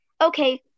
Okay